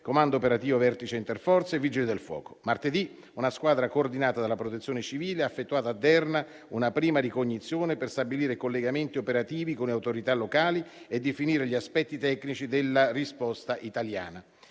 Comando operativo vertice interforze e Vigili del fuoco. Martedì una squadra coordinata dalla Protezione civile ha effettuato a Derna una prima ricognizione per stabilire i collegamenti operativi con le autorità locali e definire gli aspetti tecnici della risposta italiana.